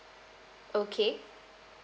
okay